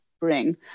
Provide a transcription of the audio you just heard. bring